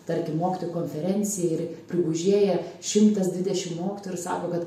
tarkim mokytojų konferencija ir prigužėję šimtas dvidešim mokytojų ir sako kad